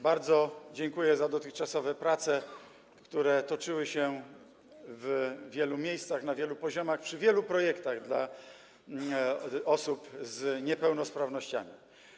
Bardzo dziękuję za dotychczasowe prace, które toczyły się w wielu miejscach na wielu poziomach przy wielu projektach dla osób z niepełnosprawnościami.